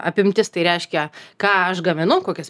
apimtis tai reiškia ką aš gaminu kokias